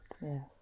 Yes